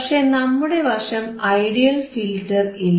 പക്ഷേ നമ്മുടെ വശം ഐഡിയൽ ഫിൽറ്റർ ഇല്ല